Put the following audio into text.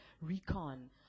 recon